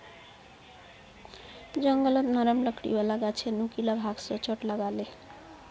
जंगलत नरम लकड़ी वाला गाछेर नुकीला भाग स चोट लाग ले